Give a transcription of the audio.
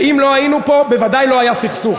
ואם לא היינו פה בוודאי לא היה סכסוך.